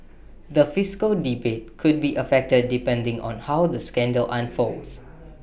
the fiscal debate could be affected depending on how the scandal unfolds